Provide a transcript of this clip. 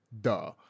Duh